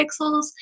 pixels